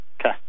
Okay